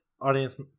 audience